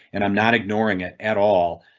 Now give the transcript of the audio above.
and i'm not ignoring it at all.